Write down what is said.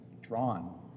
drawn